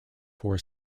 four